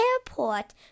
airport